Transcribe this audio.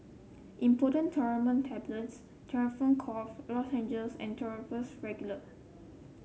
Imodium Loperamide Tablets Difflam Cough Lozenges and Duro Regular